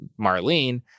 Marlene